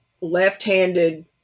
left-handed